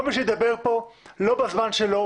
כל מי שידבר פה לא בזמן שלו,